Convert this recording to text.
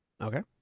Okay